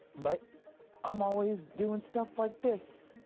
but i'm always doing stuff like this,